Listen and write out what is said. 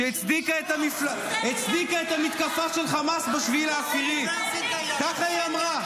שהצדיקה את המתקפה של חמאס ב-7 באוקטובר ------ ככה היא אמרה,